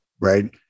right